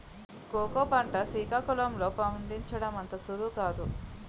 cocoa పంట సికాకుళం లో పండించడం అంత సులువు కాదు